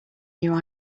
new